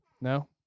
No